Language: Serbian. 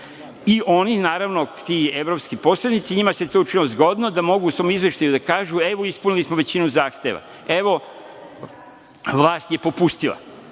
Oni, naravno, ti evropski posrednici, njima se to učinilo zgodno da mogu u svom izveštaju da kažu, evo ispunili smo većinu zahteva. Evo, vlast je popustila